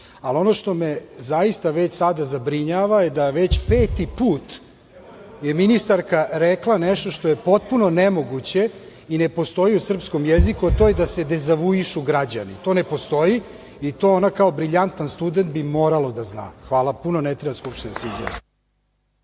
Ono što me zaista već sada zabrinjava je da već peti put je ministarka rekla nešto što je potpuno nemoguće i ne postoji u srpskom jeziku, a to je da se dezavuišu građani. To ne postoji i to ona kao brilijantan student bi morala da zna. Hvala puno, ne treba Skupština da se